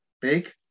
big